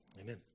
Amen